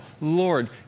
Lord